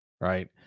right